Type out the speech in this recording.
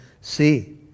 see